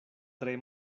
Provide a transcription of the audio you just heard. tre